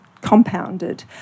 compounded